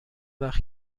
وقت